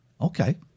Okay